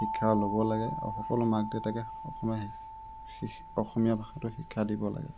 শিক্ষা ল'ব লাগে আৰু সকলো মাক দেউতাকে অসমীয়া শিক্ষ অসমীয়া ভাষাটো শিক্ষা দিব লাগে